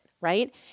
right